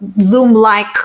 Zoom-like